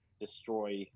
destroy